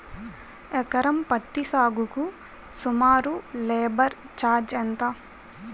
ఎకరం పత్తి సాగుకు సుమారు లేబర్ ఛార్జ్ ఎంత?